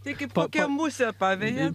tai kaip kokią musę pavejat